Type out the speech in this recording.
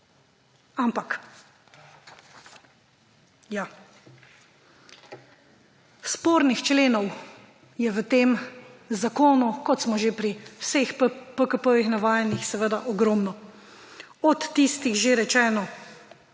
ampak ja. Spornih členov je v tem zakonu, kot smo že pri vseh PKP navajeni, seveda ogromno, od tistih, že rečeno,